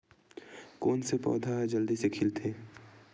कोन से पौधा ह जल्दी से खिलथे?